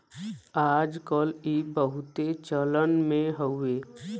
आज कल ई बहुते चलन मे हउवे